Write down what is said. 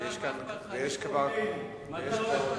מתן, מה אכפת לך, אני פה.